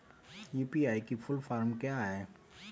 UPI की full form क्या है?